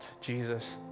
Jesus